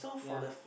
ya